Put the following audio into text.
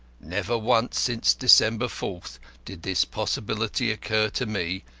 never once since december fourth did this possibility occur to me,